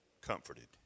comforted